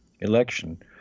election